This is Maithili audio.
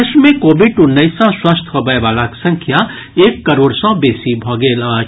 देश मे कोविड उन्नैस सँ स्वस्थ होबयवलाक संख्या एक करोड़ सँ बेसी भऽ गेल अछि